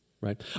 right